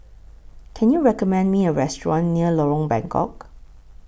Can YOU recommend Me A Restaurant near Lorong Bengkok